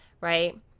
right